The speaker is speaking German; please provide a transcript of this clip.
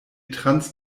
trans